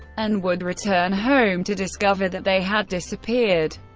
and would return home to discover that they had disappeared.